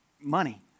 money